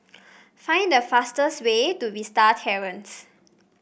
find the fastest way to Vista Terrace